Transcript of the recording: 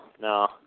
no